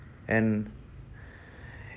and